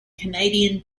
canadian